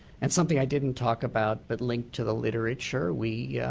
and something i didn't talk about that linked to the literature. we yeah